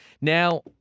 Now